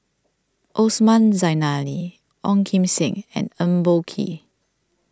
Osman Zailani Ong Kim Seng and Eng Boh Kee